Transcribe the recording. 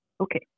Okay